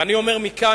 ואני אומר מכאן,